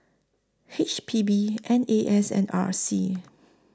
H P B N A S and R C